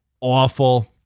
awful